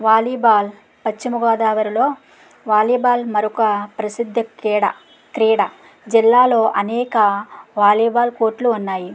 volleyball పశ్చిమగోదావరిలో volleyball మరొక ప్రసిద్ధ కీడా క్రీడా జిల్లాలో అనేక వాలీబాల్ కోర్ట్లు ఉన్నాయి